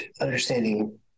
understanding